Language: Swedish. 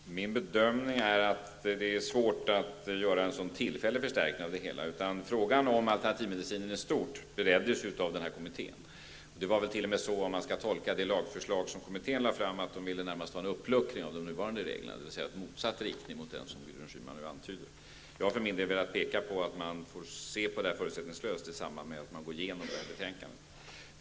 Herr talman! Min bedömning är att det är svårt att tillfälligt förstärka lagen. Frågan om alternativ medicin i stort bereddes av alternativmedicinkommittén. Om man skall tolka det lagförslag som kommittén lade fram, ville den väl närmast ha en uppluckring av de nuvarande reglerna, dvs. en utveckling i motsatt riktning mot den som Gudrun Schyman antyder. Jag har velat peka på att man får se på detta förutsättningslöst i samband med att man bereder kommitténs betänkande.